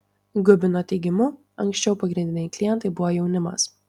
gubino teigimu anksčiau pagrindiniai klientai buvo jaunimas